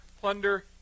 plunder